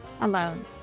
alone